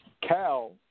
Cal